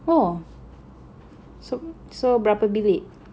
!whoa! so so berapa bilik